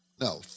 No